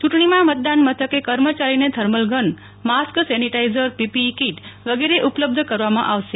યૂંટણીમાં મતદાન મથકે કર્મચારીને thermal gun mask sanitizer PPE kit વગેરે ઉપલબ્ધ કરવામાં આવશે